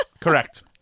Correct